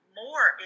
more